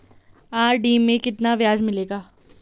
RD में कितना ब्याज मिलेगा?